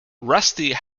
rusty